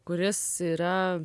kuris yra